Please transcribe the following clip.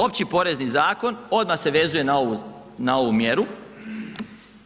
Opći porezni zakon, odmah se vezuje na ovu mjeru,